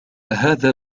هذا